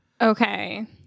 okay